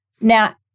Now